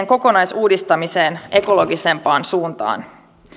kokonaisuudistamiseen ekologisempaan suuntaan